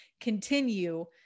continue